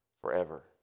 forever